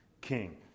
king